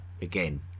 again